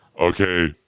okay